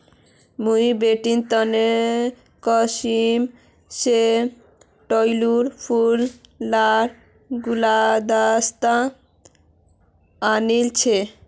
मुई बेटीर तने कश्मीर स ट्यूलि फूल लार गुलदस्ता आनील छि